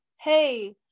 Hey